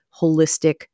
holistic